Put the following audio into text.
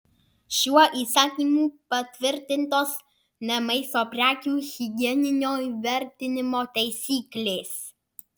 šiuo įsakymu patvirtintos ne maisto prekių higieninio įvertinimo taisyklės